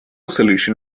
solution